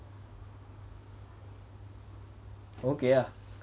okay ah